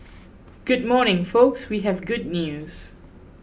good morning folks we have good news